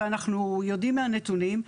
ואנחנו יודעים מהנתונים,